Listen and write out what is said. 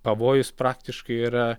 pavojus praktiškai yra